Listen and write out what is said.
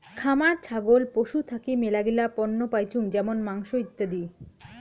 খামার ছাগল পশু থাকি মেলাগিলা পণ্য পাইচুঙ যেমন মাংস, ইত্যাদি